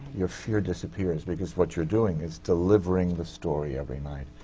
your fear disappears, because what you're doing is delivering the story every night.